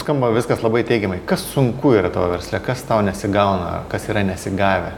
skamba viskas labai teigiamai kas sunku yra tavo versle kas tau nesigauna kas yra nesigavę